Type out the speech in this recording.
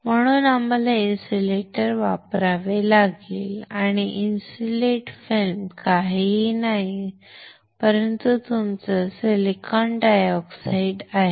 म्हणून आम्हाला इन्सुलेटर वापरावे लागेल आणि इन्सुलेट फिल्म काहीही नाही परंतु तुमचा सिलिकॉन डायऑक्साइड छान आहे